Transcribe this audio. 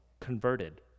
converted